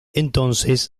entonces